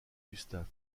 gustave